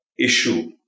issue